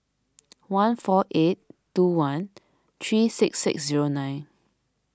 one four eight two one three six six zero nine